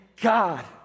God